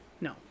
No